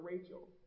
Rachel